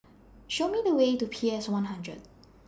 Show Me The Way to P S one hundred